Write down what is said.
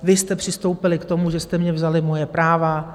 Vy jste přistoupili k tomu, že jste mně vzali moje práva...